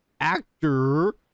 actor